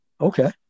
Okay